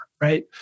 right